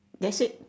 that's it